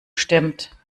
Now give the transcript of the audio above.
stimmt